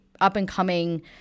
up-and-coming